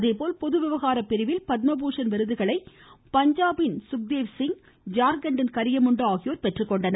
அதேபோல் பொதுவிவகார பிரிவில் பத்ம பூஷன் விருதுகளை பஞ்சாபின் சுக்தேவ் சிங் தீன் ஷா ஜார்க்கண்ட்டின் கரியமுண்டா ஆகியோர் பெற்றுக்கொண்டனர்